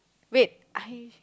wait I